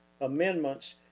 amendments